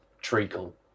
treacle